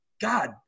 God